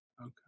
Okay